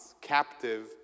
captive